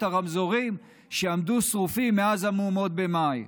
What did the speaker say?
הרמזורים שעמדו שרופים מאז המהומות במאי,